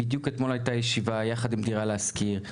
בדיוק אתמול הייתה ישיבה יחד עם "דירה להשכיר",